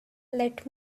let